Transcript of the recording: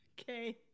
Okay